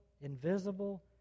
invisible